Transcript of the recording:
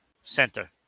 Center